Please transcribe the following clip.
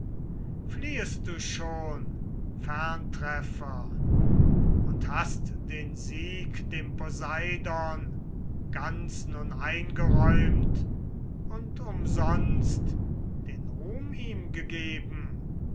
fliehest du schon ferntreffer und hast den sieg dem poseidon ganz nun eingeräumt und umsonst den ruhm ihm gegeben